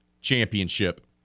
championship